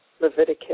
Leviticus